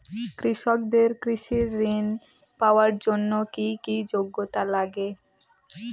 কৃষকদের কৃষি ঋণ পাওয়ার জন্য কী কী যোগ্যতা লাগে?